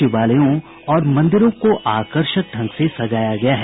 शिवालयों और मंदिरों को आकर्षक ढंग से सजाया गया है